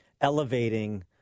elevating